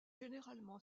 généralement